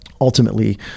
ultimately